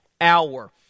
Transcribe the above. hour